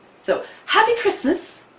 so, happy christmas!